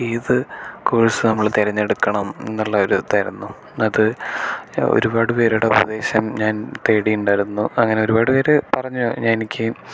ഏത് കോഴ്സ് നമ്മൾ തിരഞ്ഞെടുക്കണം എന്നുള്ള ഒരു ഇതായിരുന്നു അത് ഒരുപാടുപേരുടെ ഉപദേശം ഞാൻ തേടിയിട്ടുണ്ടായിരുന്നു അങ്ങനെ ഒരുപാട് പേര് പറഞ്ഞു എനിക്ക്